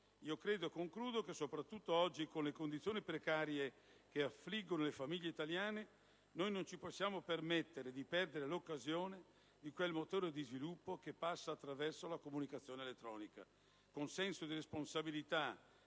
regionale. Credo che soprattutto oggi, con le condizioni precarie che affliggono le famiglie italiane, non ci possiamo permettere di perdere l'occasione di quel motore di sviluppo che passa attraverso la comunicazione elettronica. Con senso di responsabilità